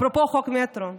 אפרופו חוק המטרו,